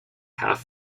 half